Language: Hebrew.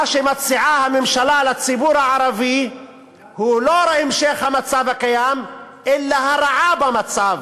מה שמציעה הממשלה לציבור הערבי הוא לא המשך המצב הקיים אלא הרעה במצב